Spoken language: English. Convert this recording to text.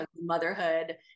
motherhood